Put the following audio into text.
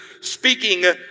speaking